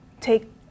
take